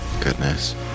goodness